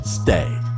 Stay